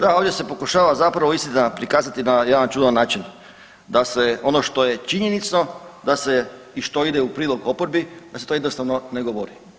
Da, ovdje se pokušava zapravo istina prikazati na jedan čudan način da se ono što je činjenično i što ide u prilog oporbi da se to jednostavno ne govori.